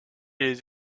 les